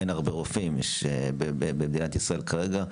אין הרבה רופאים כאלה במדינת ישראל, כרגע.